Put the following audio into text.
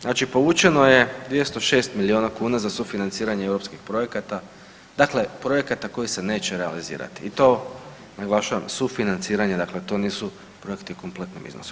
Znači povučeno je 206 milijuna kuna za sufinanciranje europskih projekata, dakle projekata koji se neće realizirati i to naglašavam sufinanciranje dakle to nisu projekti u kompletnom iznosu.